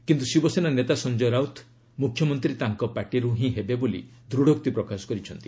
କିନ୍ତୁ ଶିବସେନା ନେତା ସଞ୍ଜୟ ରାଉତ ମୁଖ୍ୟମନ୍ତ୍ରୀ ତାଙ୍କ ପାର୍ଟିରୁ ହିଁ ହେବେ ବୋଲି ଦୂଢ଼ୋକ୍ତି ପ୍ରକାଶ କରିଛନ୍ତି